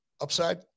upside